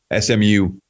SMU